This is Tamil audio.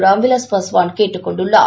ராம்விலாஸ் பாஸ்வான் கேட்டுக் கொண்டுள்ளார்